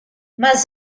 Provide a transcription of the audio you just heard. mas